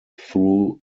through